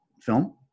film